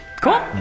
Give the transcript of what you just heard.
Cool